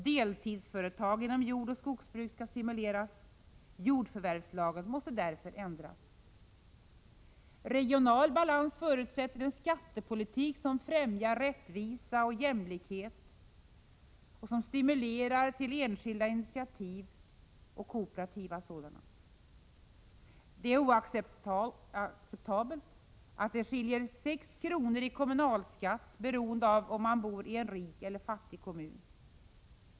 Deltidsföretag inom jordoch skogsbruk skall stimuleras. Jordförvärvslagen måste därför ändras. Regional balans förutsätter en skattepolitik som främjar rättvisa och jämlikhet och som stimulerar enskilda och kooperativa initiativ. Det är oacceptabelt att det skiljer 6 kr. i kommunalskatt beroende på om man bor i en rik eller fattig kommun.